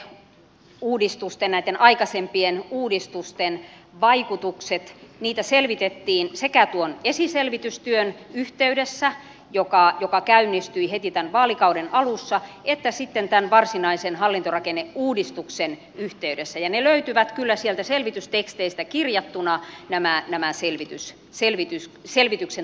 poliisin hallintorakenneuudistusten näitten aikaisempien uudistusten vaikutuksia selvitettiin sekä tuon esiselvitystyön yhteydessä joka käynnistyi heti tämän vaalikauden alussa että tämän varsinaisen hallintorakenneuudistuksen yhteydessä ja nämä selvitysten tulokset löytyvät kyllä sieltä selvitysteksteistä kirjattuna jännää nämä siivitti selvitys selvityksen